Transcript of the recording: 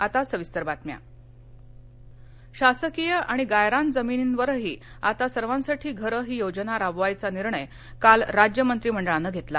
मंत्री मंडळ निर्णय शासकीय आणि गायरान जमिनीवरही आता सर्वांसाठी घरं ही योजना राबवयाचा निर्णय काल राज्य मंत्रिमंडळान घेतला